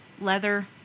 leather